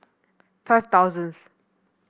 five thousandth